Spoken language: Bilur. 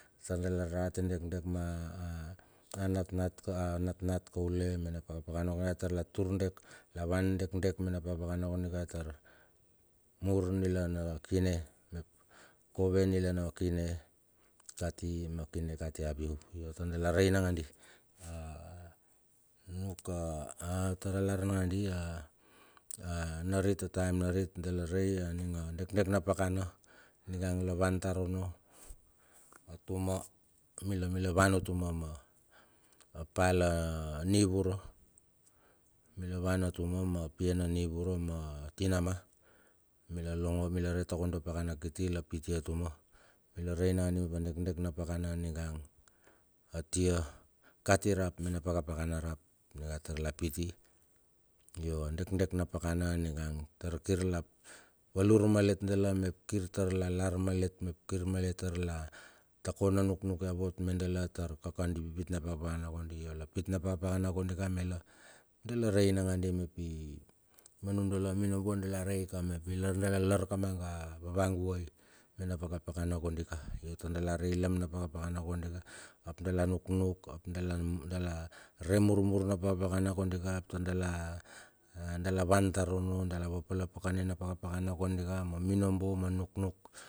Tar dala rate dekdek ma a a anatnat ka, natnat kaule mena pakapakana tar dek, la van dekdek mena pakapakana kondika tar mur amila na kine mep, kove anila na kine, kati ma kine kati apiu. Yo tar dala rei nangandi a u nuk a taralar nanganandi, a narit a taim narit dala rei aninga dekdek na pakana ninga la wan tar onno, atuma mila mila wan a tuma ma palla nivura mila wan tatum ma pia na nivura ma tinama. Mila logo mila re takondo apakana kiti la piti atuma mila rei nangadi mep a dekdek na pakana aningangp atia. Kati rap mena pakapakana rap la lar la piti. Yo a dekdek na pakana aninga tar kir la valur malet dala mep kir tar la lar malet, mep kir malet tar ta ko na nuknuk yavot me dala tar kaka di pipit na pakapakana kondi la, dala rei nanandi mep i. manudala minobo dala rei ka mep, ilar dala lar kamanga ava vavaguai mena pakapakana kondika. Yo tar dala re ilam na pakapakana kondika ap dala nuknuk, ap dala re mur na pakapakana kondika ap tar dala a a van tar onno. dala va palapaka ne na pakapakana kondika ma minobo ma nuknuk.